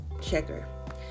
checker